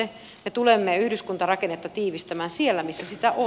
me tulemme yhdyskuntarakennetta tiivistämään siellä missä sitä on